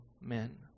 men